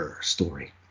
story